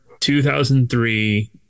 2003